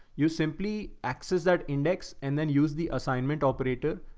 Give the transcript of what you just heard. you simply access that index and then use the assignment operator.